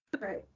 Right